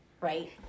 right